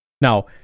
Now